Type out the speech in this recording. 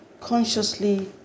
consciously